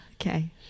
okay